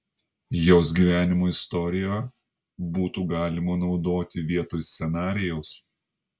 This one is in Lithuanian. jos gyvenimo istoriją būtų galima naudoti vietoj scenarijaus